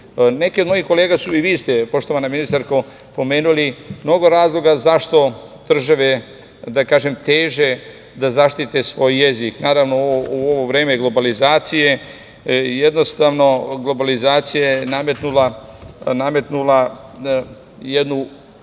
od mojih kolega su, i vi ste poštovana ministarko, pomenuli mnogo razloga zašto države, da kažem teže da zaštite svoj jezik. Naravno, u ovo vreme globalizacije jednostavno globalizacija je nametnula jednu